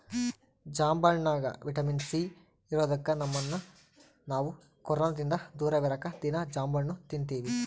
ಜಾಂಬಣ್ಣಗ vitamin C ಇರದೊಕ್ಕ ನಮ್ಮನ್ನು ನಾವು ಕೊರೊನದಿಂದ ದೂರವಿರಕ ದೀನಾ ಜಾಂಬಣ್ಣು ತಿನ್ತಿವಿ